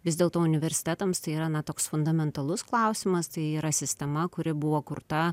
vis dėlto universitetams tai yra na toks fundamentalus klausimas tai yra sistema kuri buvo kurta